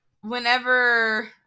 whenever